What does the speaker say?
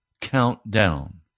countdown